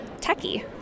techy